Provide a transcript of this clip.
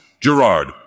Gerard